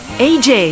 AJ